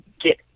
get